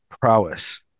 prowess